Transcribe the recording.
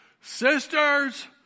Sisters